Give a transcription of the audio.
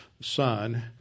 son